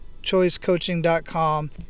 choicecoaching.com